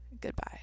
Goodbye